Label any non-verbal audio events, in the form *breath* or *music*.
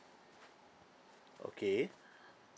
okay *breath*